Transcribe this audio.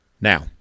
Now